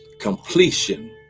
completion